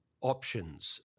options